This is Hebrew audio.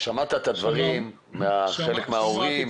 שמעת את הדברים, חלק מההורים, מהמפעלים.